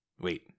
Wait